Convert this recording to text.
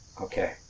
Okay